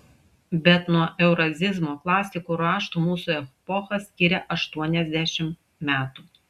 bet nuo eurazizmo klasikų raštų mūsų epochą skiria aštuoniasdešimt metų